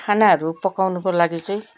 खानाहरू पकाउनुको लागि चाहिँ